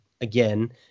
again